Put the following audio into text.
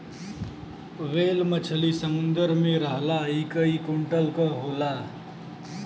whale मछरी समुंदर में रहला इ कई कुंटल क होला